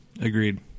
agreed